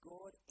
God